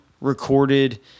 recorded